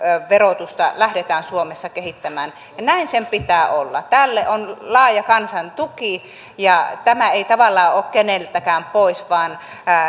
verotusta lähdetään suomessa kehittämään ja näin sen pitää olla tälle on laaja kansan tuki ja tämä ei tavallaan ole keneltäkään pois vaan